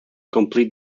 complete